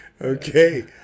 Okay